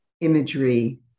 imagery